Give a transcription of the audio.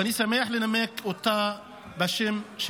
ואני שמח לנמק אותה בשמה.